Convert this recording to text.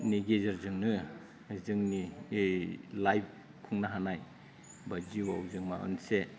गेजेरजोंनो जोंनि लाइफ खुंनो हानाय बा जिउआव जों माबामोनसे